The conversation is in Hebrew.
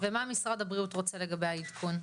ומה משרד הבריאות רוצה לגבי העדכון?